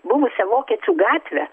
buvusią vokiečių gatvę